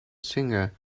singer